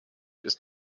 ist